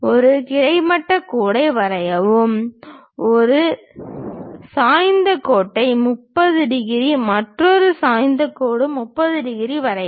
ஒரு கிடைமட்ட கோட்டை வரையவும் ஒரு சாய்ந்த கோட்டை 30 டிகிரி மற்றொரு சாய்ந்த கோடு 30 டிகிரி வரையவும்